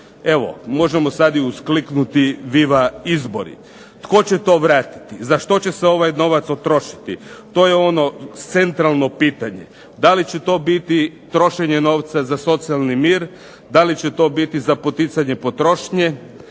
Evo možemo sad i uskliknuti viva izbori. Tko će to vratiti? Za što će se ovaj novac utrošiti? To je ono centralno pitanje. Da li će to biti trošenje novca za socijalni mir? Da li će to biti za poticanje potrošnje,